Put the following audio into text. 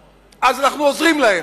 חלק מייצור הנמ"ר אכן מועבר לארצות-הברית,